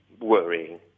worrying